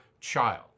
child